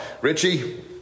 Richie